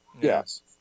Yes